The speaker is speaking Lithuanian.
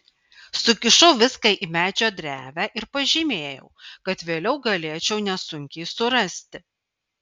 sukišau viską į medžio drevę ir pažymėjau kad vėliau galėčiau nesunkiai surasti